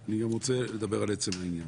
אני רוצה לדבר על עצם העניין.